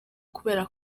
kubera